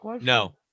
No